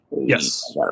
Yes